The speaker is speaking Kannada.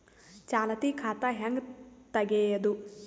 ಚಾಲತಿ ಖಾತಾ ಹೆಂಗ್ ತಗೆಯದು?